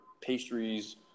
pastries